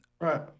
right